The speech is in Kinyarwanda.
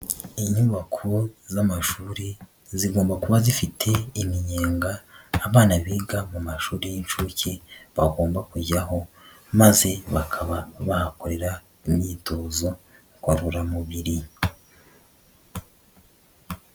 Inyubako z'amashuri izigomba kuba zifite iminyega, abana biga mu mashuri y'inshuke bagomba kujyaho maze bakaba bahakorera imyitozo ngororamubiri.